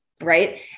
right